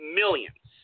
millions